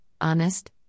honest